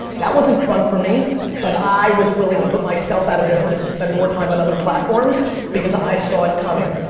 that wasn't fun for me but i was willing to put myself out of business and spend more time on other platforms because i saw it coming.